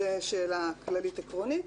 זו שאלה כללית עקרונית.